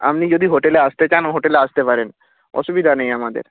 আপনি যদি হোটেলে আসতে চান হোটেলে আসতে পারেন অসুবিধা নেই আমাদের